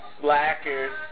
Slackers